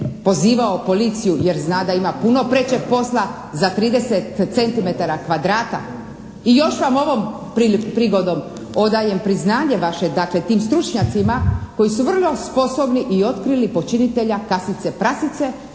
pozivao policiju jer zna da ima puno prečeg posla za 30 centimetara kvadrata. I još vam ovom prigodom odajem priznanje vaše dakle, tim stručnjacima koji su vrlo sposobni i otkrili počinitelja kasice prasice